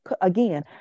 again